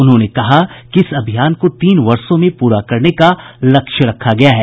उन्होंने कहा कि इस अभियान को तीन वर्षों में पूरा करने का लक्ष्य रखा गया है